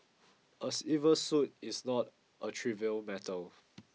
a civil suit is not a trivial matter